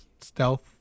stealth